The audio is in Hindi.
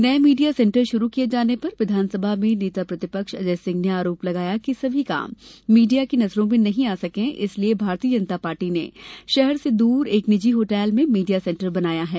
नये मीडिया सेण्टर शुरू किये जाने पर विधानसभा में नेता प्रतिपक्ष अजय सिंह ने आरोप लगाया है कि सभी काम मीडिया की नजरों में नहीं आ सकें इसलिए भारतीय जनता पार्टी ने शहर से दूर एक निजी होटल में मीडिया सेण्टर बनाया है